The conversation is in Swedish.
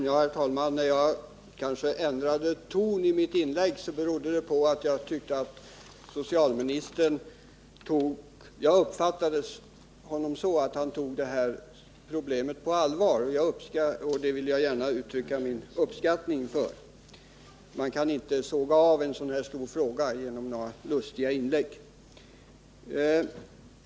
Herr talman! Om jag ändrade ton i mitt senare inlägg så berodde det på att jag uppfattade det så att socialministern tog det här problemet på allvar, och det ville jag gärna uttrycka min uppskattning för. Man kan inte såga av en sådan här stor fråga genom några lustiga inlägg.